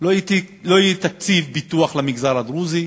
לא יהיה תקציב פיתוח למגזר הדרוזי,